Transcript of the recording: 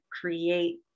create